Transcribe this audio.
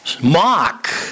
mock